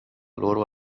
loro